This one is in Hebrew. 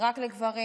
רק לגברים.